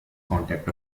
contact